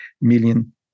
million